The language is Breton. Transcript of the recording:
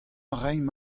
raimp